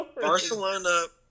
Barcelona